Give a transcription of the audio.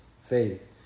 faith